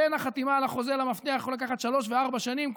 בין החתימה על החוזה לבין המפתח זה יכול לקחת שלוש וארבע שנים.